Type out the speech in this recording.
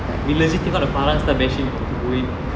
we legit take out the parang and start bashing you know to go in